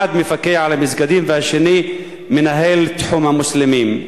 אחד מפקח על המסגדים והשני מנהל את תחום המוסלמים.